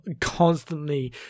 constantly